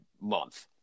month